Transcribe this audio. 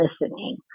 listening